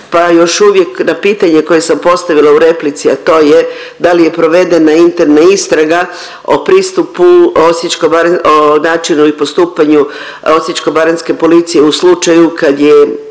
pa još uvijek na pitanje koje sam postavila u replici, a to je da li je provedena interna istraga o pristupu o načinu i postupanju osječko-baranjske policije u slučaju kada je